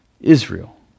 Israel